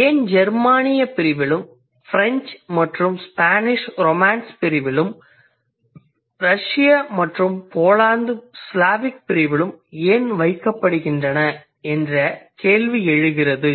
ஏன் ஜெர்மானிய பிரிவிலும் பிரெஞ்சு மற்றும் ஸ்பானிஷ் ரொமான்ஸ் பிரிவிலும் ரஷ்ய மற்றும் போலந்து ஸ்லாவிக் பிரிவிலும் ஏன் வைக்கப்படுகின்றன என்ற கேள்வி எழுகிறது